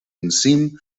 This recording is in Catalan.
enzim